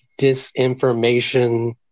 disinformation